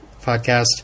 podcast